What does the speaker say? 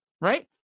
Right